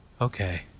Okay